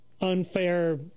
unfair